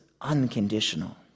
unconditional